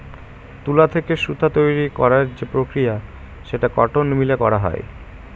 তুলা থেকে সুতা তৈরী করার যে প্রক্রিয়া সেটা কটন মিলে করা হয়